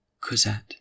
Cosette